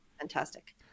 Fantastic